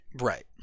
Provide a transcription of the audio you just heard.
Right